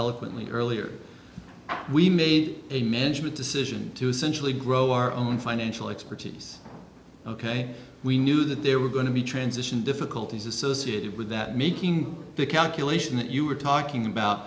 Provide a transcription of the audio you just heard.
eloquently earlier we made a management decision to centrally grow our own financial expertise ok we knew that there were going to be transition difficulties associated with that making the calculation that you were talking about